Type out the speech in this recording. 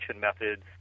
methods